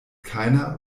keiner